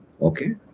okay